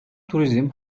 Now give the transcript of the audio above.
turizm